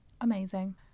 Amazing